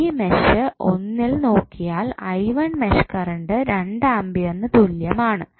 ഈ മെഷ് ഒന്നിൽ നോക്കിയാൽ മെഷ് കറണ്ട് 2 ആംപിയറിനു തുല്യം ആണ്